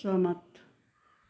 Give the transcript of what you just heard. सहमत